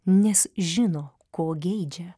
nes žino ko geidžia